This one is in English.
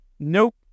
nope